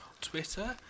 Twitter